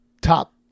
Top